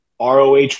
ROH